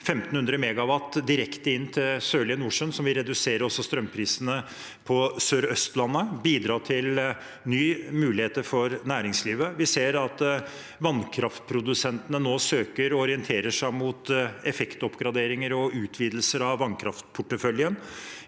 1 500 MW direkte inn til Sørlige Nordsjø, noe som vil redusere strømprisene på Sør-Østlandet og bidra til nye muligheter for næringslivet. Vi ser at vannkraftprodusentene nå søker og orienterer seg mot effektoppgraderinger og utvidelser av vannkraftporteføljen.